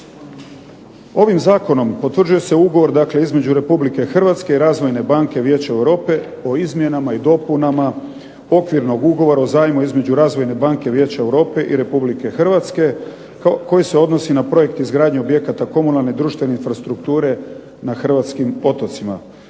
Ovim zakonom potvrđuje se ugovor, dakle između Republike Hrvatske i Razvojne banke Vijeća Europe o izmjenama i dopunama Okvirnog ugovora o zajmu između Razvojne banke Vijeća Europe i Republike Hrvatske koji se odnosi na projekt izgradnje objekata komunalne, društvene infrastrukture na hrvatskim otocima.